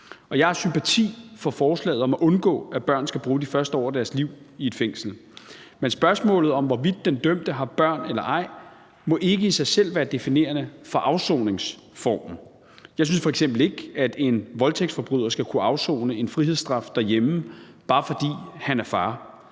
Jeg har sympati for forslaget om at undgå, at børn skal bruge de første år af deres liv i et fængsel. Men spørgsmålet om, hvorvidt den dømte har børn eller ej, må ikke i sig selv være definerende for afsoningsformen. Jeg synes f.eks. ikke, at en voldtægtsforbryder skal kunne afsone en frihedsstraf derhjemme, bare fordi han er far.